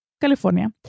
California